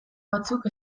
batzuk